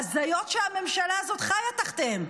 ההזיות שהממשלה הזאת חיה תחתיהן.